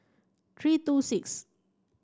three two six